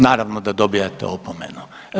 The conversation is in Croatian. Naravno da dobijate opomenu.